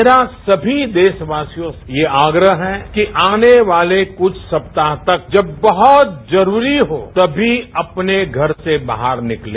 मेरा सभी देशवासियों से यह आग्रह है कि आने वाले कुछ सप्ताह तक जब बहुत जरूरी हो तभी अपने घर से बाहर निकले